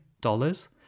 dollars